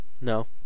No